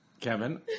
Kevin